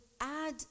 add